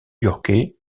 yorkais